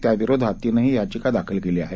त्या विरोधात तिनं ही याचिका दाखल केली आहे